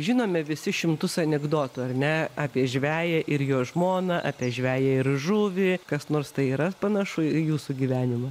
žinome visi šimtus anekdotų ar ne apie žveją ir jo žmoną apie žveją ir žuvį kas nors tai yra panašu į jūsų gyvenimą